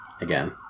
Again